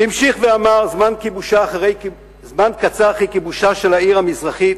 והמשיך ואמר: זמן קצר אחרי כיבושה של העיר המזרחית,